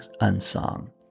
unsung